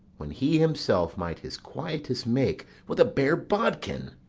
when he himself might his quietus make with a bare bodkin?